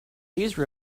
these